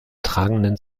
tragenden